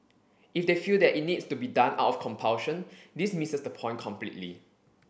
if they feel that it needs to be done out of compulsion this misses the point completely